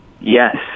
Yes